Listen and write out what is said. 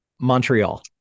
Montreal